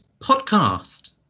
podcast